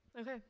Okay